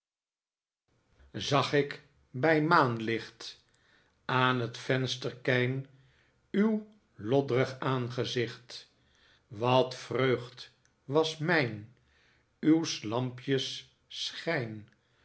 zag ik bij maanlicht aan t vensterkijn uw loddrig aanzicht wat vreugd was mijn uws iampjens schijn